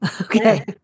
Okay